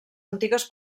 antigues